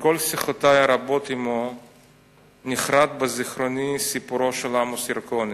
מכל שיחותי הרבות עמו נחרת בזיכרוני סיפורו של עמוס ירקוני,